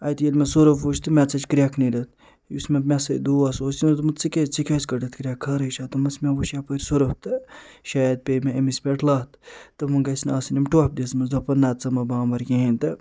اَتہِ ییٚلہِ مےٚ سۄرُف وٕچھ تہٕ مےٚ ژٔج کرٛٮ۪کھ نیرِتھ یُس مےٚ مےٚ سۭتۍ دوس اوس دوٚپمُت ژےٚ کیٛازِ ژےٚ کیٛازِ کٔڑٕتھ کرٛٮ۪کھ خٲرٕے چھےٚ دوٚپمَس مےٚ وٕچھ یپٲرۍ سۄرُف تہٕ شاید پے مےٚ أمِس پٮ۪ٹھ لَتھ تہٕ وۄنۍ گٔژھۍ نہٕ آسٕنۍ أمۍ ٹۄپھ دِژمٕژ دوٚپُن نَہ ژٕ مہٕ بامبَر کِہیٖنۍ تہٕ